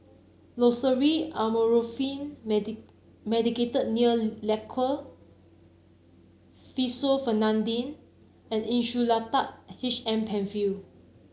Loceryl Amorolfine Medicated Nail Lacquer Fexofenadine and Insulatard H M Penfill